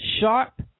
sharp